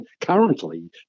currently